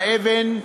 באבן,